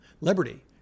liberty